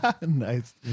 Nice